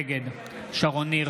נגד שרון ניר